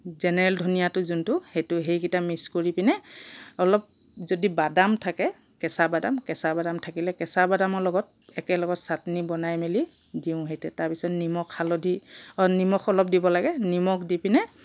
general ধনিয়াটো যোনটো সেইটো সেইকেইটা মিক্স কৰিপেনে অলপ যদি বাদাম থাকে কেঁচা বাদাম কেঁচা বাদাম থাকিলে কেঁচা বাদামৰ লগত একেলগত ছাটনি বনাই মেলি দিওঁ সেই তাত তাৰপিছত নিমখ হালধি অ' নিমখ অলপ দিব লাগে নিমখ দিপেনে